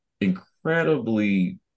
incredibly